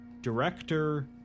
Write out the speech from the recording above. director